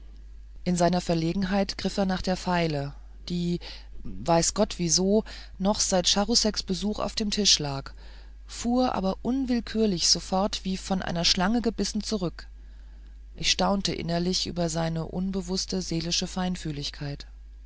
in seiner verlegenheit griff er nach der feile die weiß gott wieso noch seit charouseks besuch auf dem tisch lag fuhr aber unwillkürlich sofort wie von einer schlange gebissen zurück ich staunte innerlich über seine unterbewußte seelische feinfühligkeit